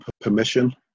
permission